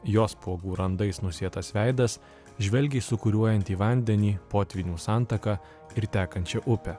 jo spuogų randais nusėtas veidas žvelgia į sūkuriuojantį vandenį potvynių santaką ir tekančią upę